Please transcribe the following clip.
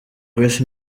grace